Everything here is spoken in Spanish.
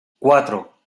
cuatro